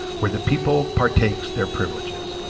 where the people partakes their privileges.